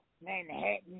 Manhattan